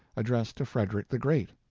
addressed to frederick the great.